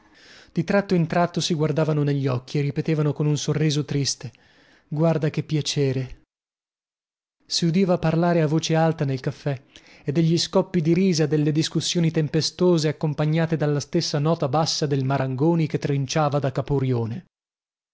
di tratto in tratto si guardavano negli occhi e ripetevano con un sorriso triste guarda che piacere si udiva parlare a voce alta nel caffè e degli scoppi di risa delle discussioni tempestose accompagnate dalla stessa nota bassa del marangoni che trinciava da caporione